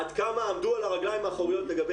עד כמה עמדו על הרגליים האחוריות לגבי